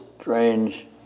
Strange